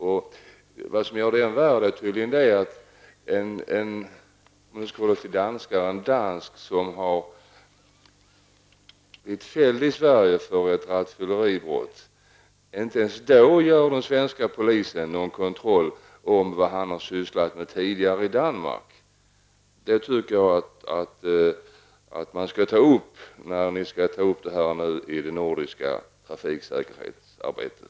Än värre är att inte ens om en dansk -- om vi nu skall hålla oss till danskarna -- har blivit fälld i Sverige för ett rattfylleribrott så gör den svenska polisen en kontroll av vad han har sysslat med tidigare i Danmark. Det tycker jag att man skall ta upp när detta skall diskuteras i det nordiska trafiksäkerhetsarbetet.